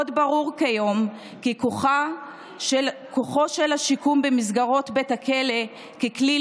עוד ברור כיום כי כוחו של השיקום במסגרות בית הכלא ככלי